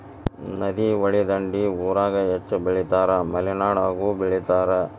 ನದಿ, ಹೊಳಿ ದಂಡಿ ಊರಾಗ ಹೆಚ್ಚ ಬೆಳಿತಾರ ಮಲೆನಾಡಾಗು ಬೆಳಿತಾರ